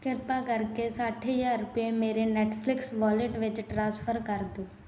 ਕਿਰਪਾ ਕਰਕੇ ਸੱਠ ਹਜ਼ਾਰ ਰੁਪਏ ਮੇਰੇ ਨੈਟਫ਼ਲਿਕਸ ਵਾਲੇਟ ਵਿੱਚ ਟ੍ਰਾਂਸਫਰ ਕਰ ਦਿਓ